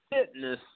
fitness